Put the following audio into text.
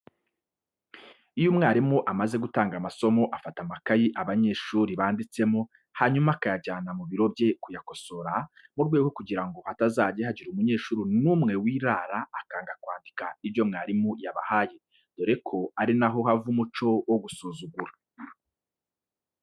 Iyo umwarimu amaze gutanga amasomo afata amakayi abanyeshuri banditsemo hanyuma akayajyana mu biro bye kuyakosora mu rwego rwo kugira ngo hatazajya hagira umunyeshuri n'umwe wirara akanga kwandika ibyo mwarimu yabahaye, dore ko ari na ho hava umuco wo gusuzugura.